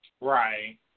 Right